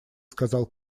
сказал